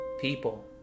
people